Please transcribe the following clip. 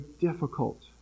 difficult